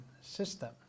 system